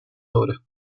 obras